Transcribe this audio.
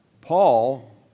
Paul